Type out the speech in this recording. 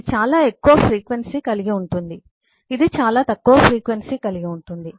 ఇది చాలా ఎక్కువ ఫ్రీక్వెన్సీ కలిగి ఉంటుంది ఇది చాలా తక్కువ ఫ్రీక్వెన్సీ కలిగి ఉంటుంది